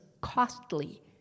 costly